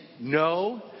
no